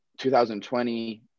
2020